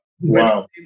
wow